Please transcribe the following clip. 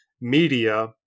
media